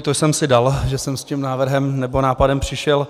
To jsem si dal, že jsem s tím návrhem nebo nápadem přišel.